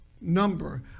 number